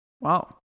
Wow